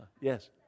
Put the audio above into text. Yes